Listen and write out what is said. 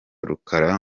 rukara